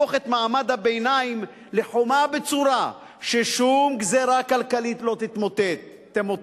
ולהפוך את מעמד הביניים לחומה בצורה ששום גזירה כלכלית לא תמוטט.